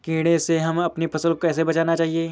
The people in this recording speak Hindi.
कीड़े से हमें अपनी फसल को कैसे बचाना चाहिए?